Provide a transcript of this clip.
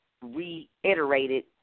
reiterated